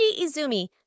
Izumi